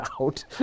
out